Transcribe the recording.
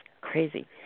crazy